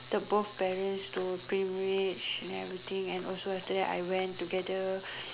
the both parents to pre marriage and everything and also after that I went together